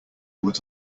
what